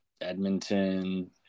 Edmonton